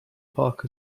park